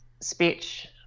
speech